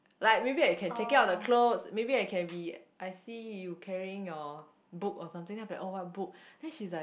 like maybe I can checking out the clothes maybe I can be I see you carrying your book or something then I'll be like oh what book then she's like